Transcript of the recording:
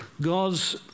God's